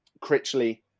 Critchley